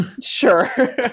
Sure